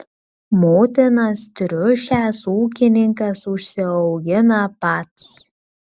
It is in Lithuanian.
motinas triušes ūkininkas užsiaugina pats